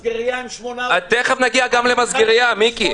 טירוף.